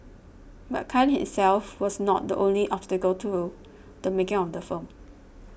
but Khan hit self was not the only obstacle to the making of the film